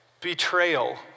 Betrayal